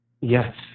Yes